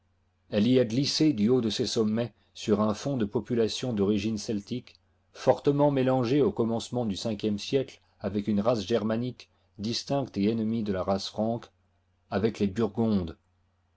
elle y a glissé du haut de ces sommets sur un fond de population d'origine celtique fortement mélangée au commencement du v siècle avec une race germanique distincte et ennemie de la race franque avec les burgondes